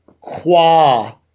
qua